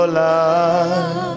love